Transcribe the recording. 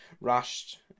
rushed